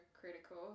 critical